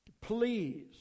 Please